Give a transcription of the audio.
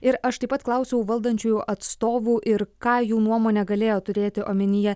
ir aš taip pat klausiau valdančiųjų atstovų ir ką jų nuomone galėjo turėti omenyje